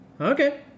Okay